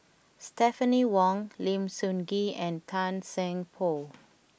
Stephanie Wong Lim Sun Gee and Tan Seng Poh